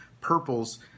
purples